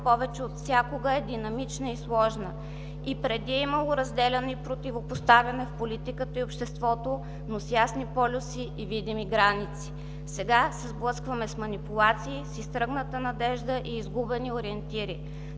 повече от всякога е динамична и сложна. И преди е имало разделяне и противопоставяне в политиката и обществото, но с ясни полюси и видими граници. Сега се сблъскваме с манипулации, с изтръгната надежда и изгубени ориентири.